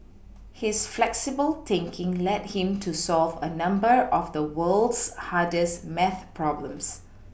his flexible thinking led him to solve a number of the world's hardest maths problems